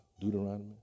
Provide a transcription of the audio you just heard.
Deuteronomy